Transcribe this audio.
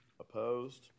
Opposed